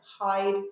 hide